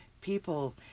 people